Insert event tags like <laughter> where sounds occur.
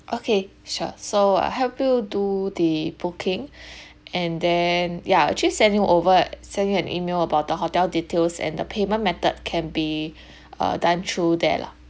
okay sure so I'll help you do the booking <breath> and then ya I'll actually send over send you an email about the hotel details and the payment method can be <breath> uh done through there lah